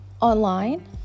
online